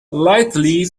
slightly